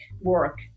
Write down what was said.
work